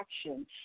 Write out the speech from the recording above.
action